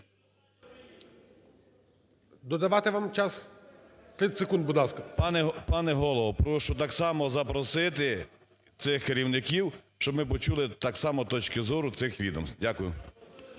ласка. ПАЦКАН В.В. Пане Голово, прошу так само запросити цих керівників. Щоб ми почули так само точки зору цих відомств. Дякую.